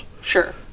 Sure